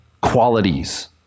qualities